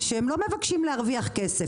שהם לא מבקשים להרוויח כסף,